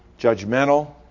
judgmental